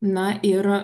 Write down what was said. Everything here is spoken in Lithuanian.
na ir